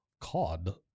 Cod